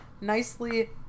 nicely